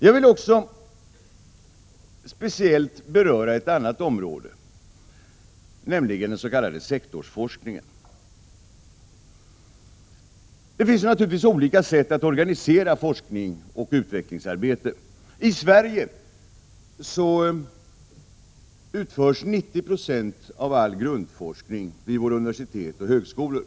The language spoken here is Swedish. Jag vill också speciellt beröra ett annat område, nämligen den s.k. sektorsforskningen. Det finns naturligtvis olika sätt att organisera forskningsoch utvecklingsarbete. I Sverige utförs 90 96 av all grundforskning vid våra universitet och högskolor.